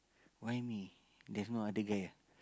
why me there's no other guy ah